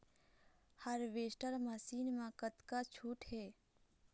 Harvester machine मा कतका छूट हे?